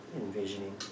envisioning